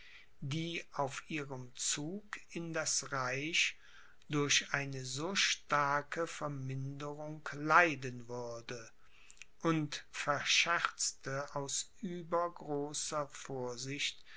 die auf ihrem zug in das reich durch eine so starke verminderung leiden würde und verscherzte aus übergroßer vorsicht